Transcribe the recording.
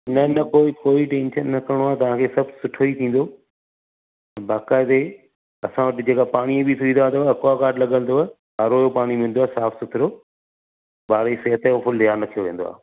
न न कोई कोई टेंशन न खणणो आहे तव्हांखे सभु सुठो ई थींदो बाक़ाइदे असां वटि जेका पाणीअ जी बि सुविधा अथव अकवा गार्ड लगियलु अथव आर ओ जो पाणी मिलंदो साफ़ु सुथिरो ॿारनि जी सिहत जो फुल ध्यानु रखियो वेंदो आहे